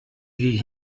wie